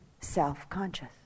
self-conscious